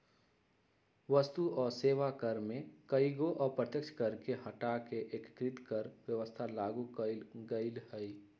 वस्तु आ सेवा कर में कयगो अप्रत्यक्ष कर के हटा कऽ एकीकृत कर व्यवस्था लागू कयल गेल हई